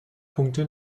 punkte